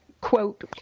quote